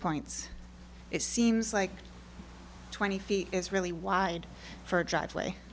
points it seems like twenty feet is really wide for a driveway